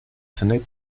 senate